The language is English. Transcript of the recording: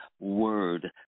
word